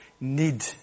need